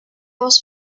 was